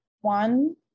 one